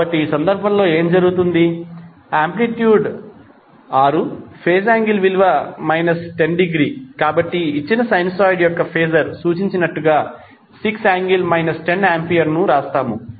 కాబట్టి ఈ సందర్భంలో ఏమి జరుగుతుంది ఆంప్లిట్యూడ్ 6 ఫేజ్ యాంగిల్ విలువ మైనస్ 10 డిగ్రీ కాబట్టి ఇచ్చిన సైనూసోయిడ్ యొక్క ఫేజర్ సూచించినట్లుగా 6∠ 10 ఆంపియర్ను వ్రాస్తాము